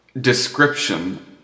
description